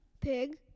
Pig